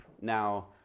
now